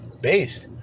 based